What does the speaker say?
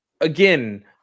again